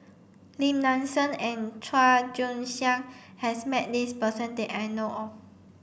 Lim Nang Seng and Chua Joon Siang has met this person that I know of